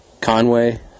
Conway